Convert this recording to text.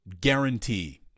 guarantee